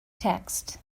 text